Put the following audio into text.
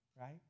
right